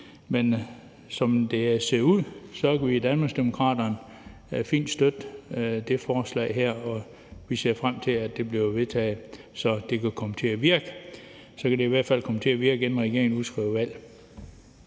her. Som det ser ud, kan vi i Danmarksdemokraterne fint støtte det her forslag. Vi ser frem til, at det bliver vedtaget, så det kan komme til at virke. Så kan det i hvert fald komme til at virke, inden regeringen udskriver valg.